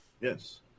Yes